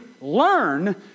learn